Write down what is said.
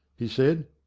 he said.